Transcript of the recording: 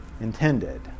intended